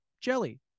jelly